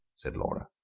said laura.